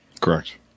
Correct